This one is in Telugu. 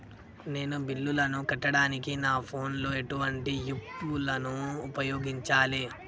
నేను బిల్లులను కట్టడానికి నా ఫోన్ లో ఎటువంటి యాప్ లను ఉపయోగించాలే?